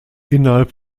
innerhalb